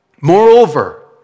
Moreover